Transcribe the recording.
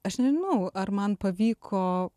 aš nežinau ar man pavyko